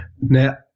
Now